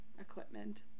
equipment